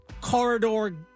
Corridor